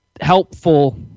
helpful